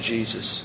Jesus